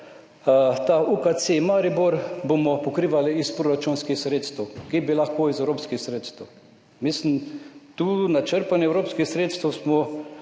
ta UKC Maribor bomo pokrivali iz proračunskih sredstev, ki bi jih lahko iz evropskih sredstev. Mislim tu na črpanje evropskih sredstev, smo